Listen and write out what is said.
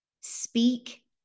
speak